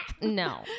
no